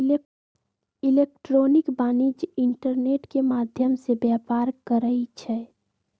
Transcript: electronic वाणिज्य internet के माध्यम से व्यापार करइ छै